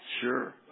Sure